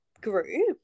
group